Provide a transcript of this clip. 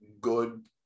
good